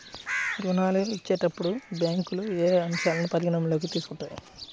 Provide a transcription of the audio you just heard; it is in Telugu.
ఋణాలు ఇచ్చేటప్పుడు బ్యాంకులు ఏ అంశాలను పరిగణలోకి తీసుకుంటాయి?